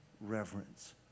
reverence